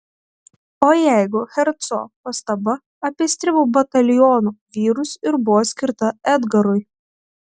o jeigu herco pastaba apie stribų bataliono vyrus ir buvo skirta edgarui